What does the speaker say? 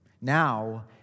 Now